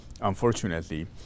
Unfortunately